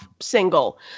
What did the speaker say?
single